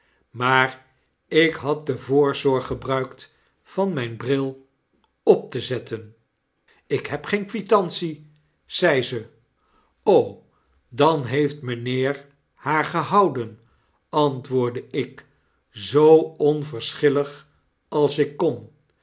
maar ik had de voorzorg gebruikt van mijn bril op te zetten ik heb geen quitantie zei ze dan neeft mynheer haar gehouden antwoordde ik zoo onverschillig als ik kon